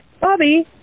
Bobby